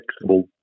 flexible